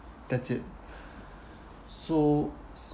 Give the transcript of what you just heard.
that's it so